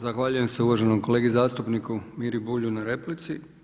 Zahvaljujem se uvaženom kolegi zastupniku Miri Bulju na replici.